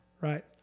Right